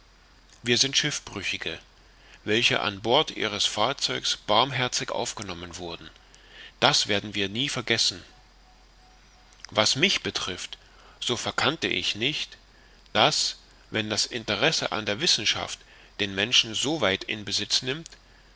wir sind schiffbrüchige welche an bord ihres fahrzeugs barmherzig aufgenommen wurden das werden wir nie vergessen was mich betrifft so verkannte ich nicht daß wenn das interesse an der wissenschaft den menschen so weit in besitz nimmt